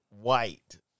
White